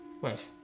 Wait